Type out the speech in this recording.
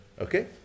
okay